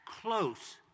close